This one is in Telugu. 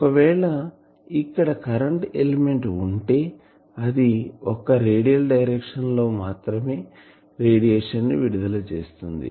ఒకవేళ ఇక్కడ కరెంటు ఎలిమెంట్ ఉంటే అది ఒక్క రేడియల్ డైరెక్షన్ లో మాత్రమే రేడియేషన్ ని విడుదల చేస్తుంది